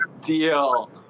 deal